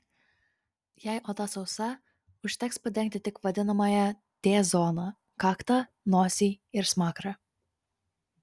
jei oda sausa užteks padengti tik vadinamąją t zoną kaktą nosį ir smakrą